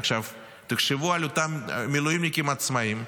עכשיו תחשבו על אותם מילואימניקים עצמאים,